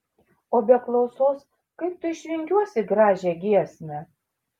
o be klausos kaip tu išvingiuosi gražią giesmę